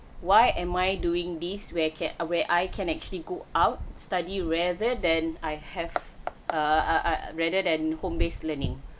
why am I doing this were kept away I can actually go out study rather than I have err err err rather than home based learning